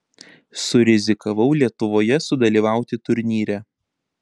surizikavau lietuvoje sudalyvauti turnyre